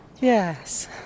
Yes